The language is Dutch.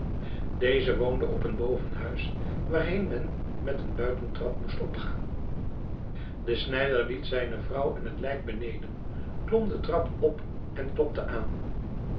deze woonde op een bovenhuis waarheen men met een buitentrap moest opgaan de snijder liet zijne vrouw en het lijk beneden klom den trap op en klopte aan